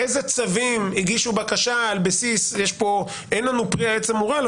באיזה צווים הגישו בקשה אין לנו פרי העץ המורעל,